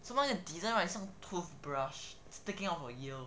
some more the design right like some toothbrush sticking out of the ear